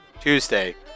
Tuesday